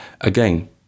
again